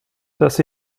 dass